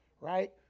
Right